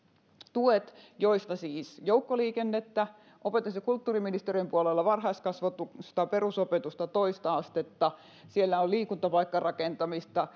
tuet joissa on siis joukkoliikennettä opetus ja kulttuuriministeriön puolella varhaiskasvatusta perusopetusta toista astetta siellä on liikuntapaikkarakentamista